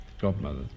godmother